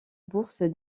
bourse